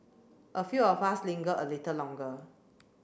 a few of us lingered a little longer